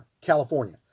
California